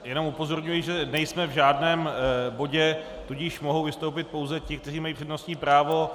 Jenom upozorňuji, že nejsme v žádném bodě, tudíž mohou vystoupit pouze ti, kteří mají přednostní právo.